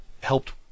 helped